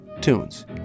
tunes